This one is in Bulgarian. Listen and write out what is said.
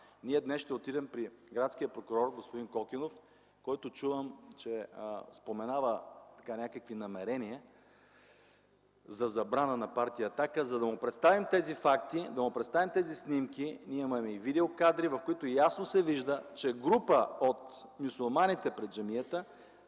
Днес ние ще отидем при градския прокурор господин Кокинов, който чувам, че споменава някакви намерения за забрана на Партия „Атака”, за да му представим тези факти, да му представим тези снимки. Ние имаме и видеокадри, в които ясно се вижда, че група от мюсюлманите пред джамията